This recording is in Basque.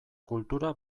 kultura